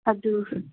ꯑꯗꯨ